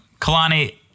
Kalani